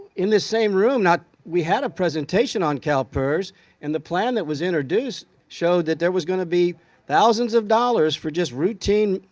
in this same room, we had a presentation on calpers and the plan that was introduced showed that there was going to be thousands of dollars for just routine,